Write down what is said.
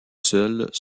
seuls